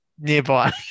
nearby